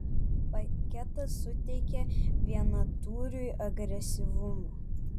paketas suteikia vienatūriui agresyvumo